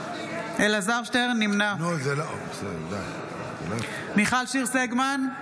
אלעזר שטרן, נמנע מיכל שיר סגמן,